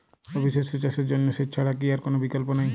রবি শস্য চাষের জন্য সেচ ছাড়া কি আর কোন বিকল্প নেই?